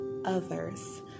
others